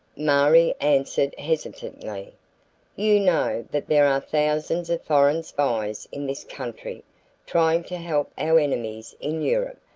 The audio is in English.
marie answered hesitatingly you know that there are thousands of foreign spies in this country trying to help our enemies in europe,